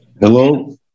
Hello